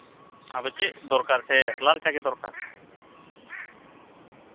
ᱟᱫᱚ ᱪᱮᱫ ᱫᱚᱨᱠᱟᱨ ᱥᱮ ᱞᱟᱞ ᱪᱟ ᱜᱮ ᱫᱚᱨᱠᱟᱨ